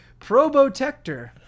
Probotector